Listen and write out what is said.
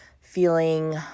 feeling